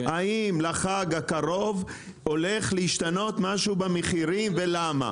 האם לחג הקרוב הולך להשתנות משהו במחירים ולמה?